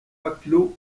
matelots